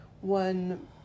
one